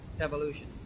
evolution